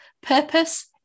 purpose